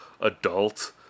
adult